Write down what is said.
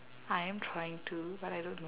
I am trying to but I don't know